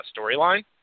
storyline